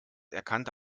erkannte